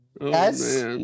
Yes